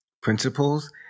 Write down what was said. Principles